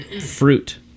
fruit